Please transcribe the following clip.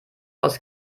aus